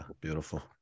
Beautiful